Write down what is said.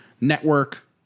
network